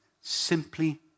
simply